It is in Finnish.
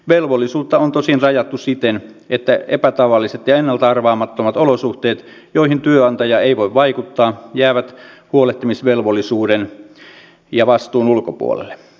velvollisuutta on tosin rajattu siten että epätavalliset ja ennalta arvaamattomat olosuhteet joihin työnantaja ei voi vaikuttaa jäävät huolehtimisvelvollisuuden ja vastuun ulkopuolelle